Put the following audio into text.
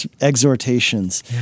exhortations